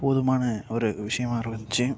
போதுமான ஒரு விஷயமாக இருந்துச்சி